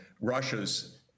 Russia's